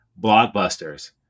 Blockbusters